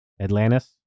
Atlantis